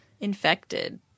infected